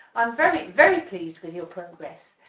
i'm very very pleased with your progress,